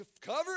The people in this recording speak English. cover